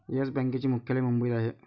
yes बँकेचे मुख्यालय मुंबईत आहे